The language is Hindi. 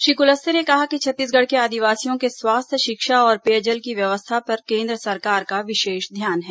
श्री कुलस्ते ने कहा कि छत्तीसगढ़ के आदिवासियों के स्वास्थ्य शिक्षा और पेयजल की व्यवस्था पर केन्द्र सरकार का विशेष ध्यान है